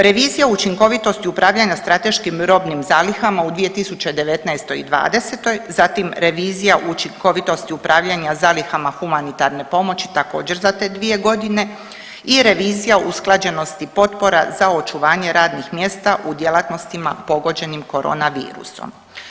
Revizija učinkovitosti upravljanja strateškim robnim zalihama u 2019. i '20., zatim revizija učinkovitosti upravljanja zalihama humanitarne pomoći također za te dvije godine i revizija usklađenosti potpora za očuvanje radnih mjesta u djelatnostima pogođenim koronavirusom.